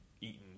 eaten